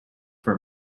for